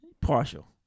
Partial